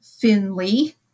Finley